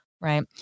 right